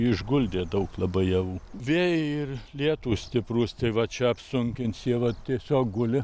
išguldė daug labai javų vėjai ir lietūs stiprūs tai va čia apsunkins jie va tiesiog guli